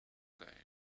days